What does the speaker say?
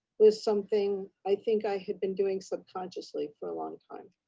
was something, i think i had been doing subconsciously for a long time.